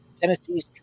Tennessee's